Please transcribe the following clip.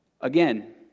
Again